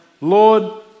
Lord